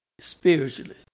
spiritually